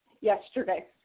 yesterday